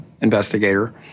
investigator